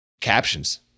captions